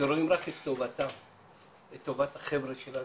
שרואים רק את טובתם ואת טובת החבר'ה שלהם.